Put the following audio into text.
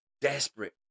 desperate